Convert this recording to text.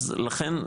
אז לכן,